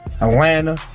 Atlanta